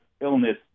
illness